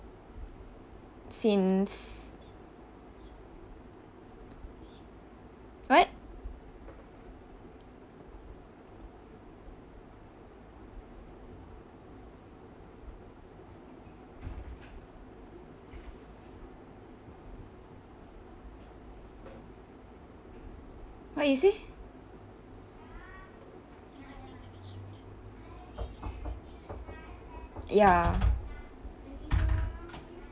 since what what you say ya